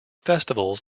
festivals